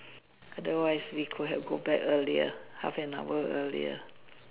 otherwise we could have go back earlier half an hour earlier